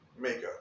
makeup